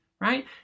right